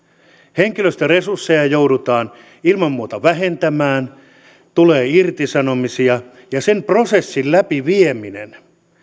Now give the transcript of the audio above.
henkilöstöresursseja joudutaan ilman muuta vähentämään tulee irtisanomisia ja sen prosessin läpivieminen